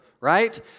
right